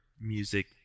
music